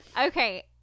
Okay